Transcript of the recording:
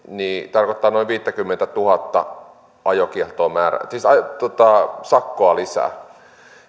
tarkoittaa noin viittäkymmentätuhatta sakkoa lisää